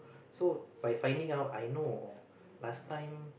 so by finding out I know last time